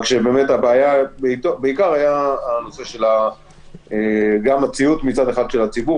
רק הבעיה הייתה הנושא של הציות של הציבור